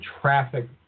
traffic